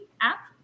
app